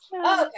okay